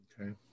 Okay